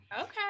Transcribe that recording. Okay